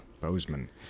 Bozeman